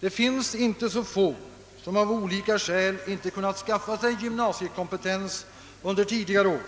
Det finns inte så få, som av olika skäl inte kunnat skaffa sig gymnasiekompetens under tidigare år